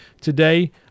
today